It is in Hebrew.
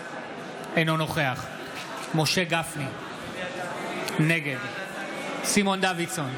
אינו נוכח משה גפני, נגד סימון דוידסון,